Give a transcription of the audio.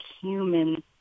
human